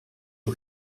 you